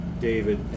David